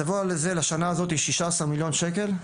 לשנה הזאת שישה עשר מיליון שקל.